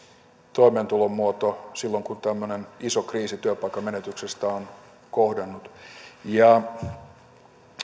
toimeentulomuoto silloin kun tämmöinen iso kriisi työpaikan menetyksestä on kohdannut ja